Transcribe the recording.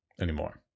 anymore